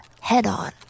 head-on